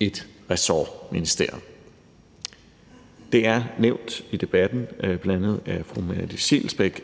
et ressortministerium. Det er nævnt i debatten af bl.a. fru Merete Scheelsbeck,